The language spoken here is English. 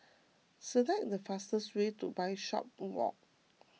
select the fastest way to Bishopswalk